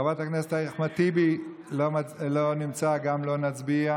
חבר הכנסת אחמד טיבי לא נמצא, גם לא נצביע,